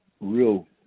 real